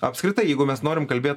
apskritai jeigu mes norim kalbėt